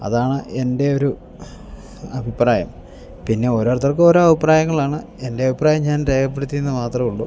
അതാണ് എൻ്റെ ഒരു അഭിപ്രായം പിന്നെ ഓരോരുത്തർക്ക് ഓരോ അഭിപ്രായങ്ങളാണ് എൻ്റെ അഭിപ്രായം ഞാൻ രേഖപ്പെടുത്തിയെന്നു മാത്രമേ ഉള്ളൂ